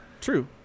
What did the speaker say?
true